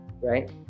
right